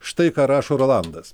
štai ką rašo rolandas